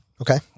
Okay